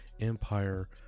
Empire